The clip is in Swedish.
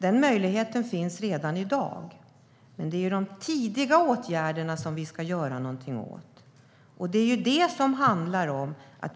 Den möjligheten finns i dag, men det är de tidiga åtgärderna vi ska göra någonting åt.